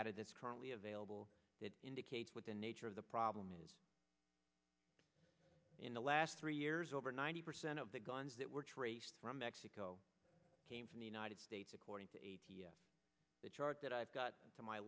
that's currently available that indicates what the nature of the problem is in the last three years over ninety percent of the guns that were traced from mexico came from the united states according to a t f the chart that i've got to my